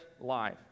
life